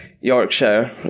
Yorkshire